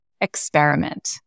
experiment